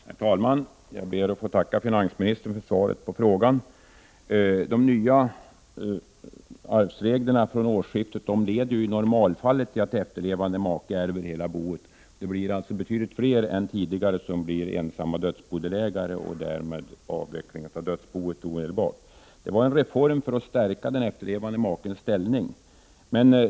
Herr talman! Jag ber att få tacka finansministern för svaret på frågan. De nya arvsregler som gäller från årsskiftet leder i normalfallet till att efterlevande make ärver hela dödsboet. Betydligt fler personer än tidigare blir ensamma dödsbodelägare. Därmed sker avvecklingen av dödsboet omedelbart. De nya arvsreglerna var en reform som syftade till att stärka den efterlevande makens ställning.